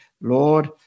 Lord